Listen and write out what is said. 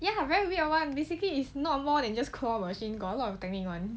ya very weird [one] basically is not more than just claw machine got a lot of technique [one]